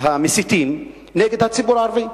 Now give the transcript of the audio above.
להקת המסיתים נגד הציבור הערבי.